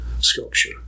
sculpture